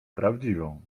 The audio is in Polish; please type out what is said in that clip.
prawdziwą